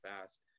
fast